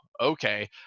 okay